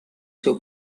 seu